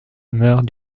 meurt